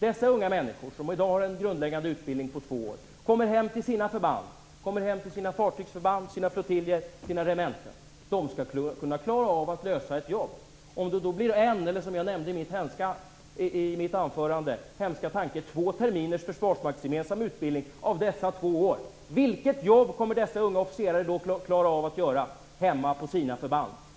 Dessa unga människor, som i dag har en grundläggande utbildning på två år, kommer hem till sina fartygsförband, flottiljer och regementen och skall klara av att göra ett jobb. Om det blir en - eller, hemska tanke, som jag nämnde i mitt huvudanförande - två terminers försvarsmaktsgemensam utbildning av dessa två år, vilket jobb kommer då dessa unga officerare att klara av att göra hemma på sina förband?